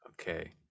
Okay